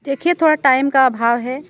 देखिए थोड़ा टाइम का अभाव है